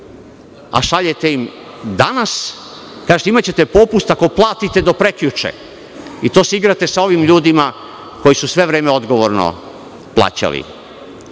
– imaćete popust. Kažete – imaćete popust ako platite do prekjuče. To se igrate sa ovim ljudima koji su sve vreme odgovorno plaćali.